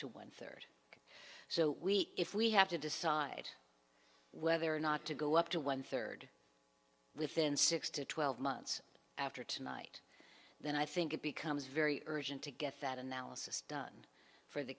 third so we if we have to decide whether or not to go up to one third within six to twelve months after tonight then i think it becomes very urgent to get that analysis done for the